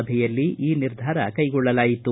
ಸಭೆಯಲ್ಲಿ ಈ ನಿರ್ಧಾರ ಕೈಗೊಳ್ಳಲಾಯಿತು